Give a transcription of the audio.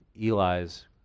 Eli's